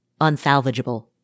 unsalvageable